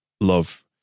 love